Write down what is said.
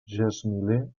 gesmiler